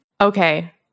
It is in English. Okay